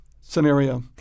scenario